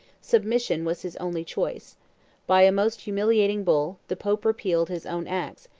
submission was his only choice by a most humiliating bull, the pope repealed his own acts,